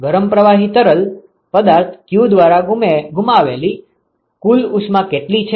ગરમ પ્રવાહી તરલ પદાર્થ q દ્વારા ગુમાવેલ કુલ ઉષ્મા કેટલી છે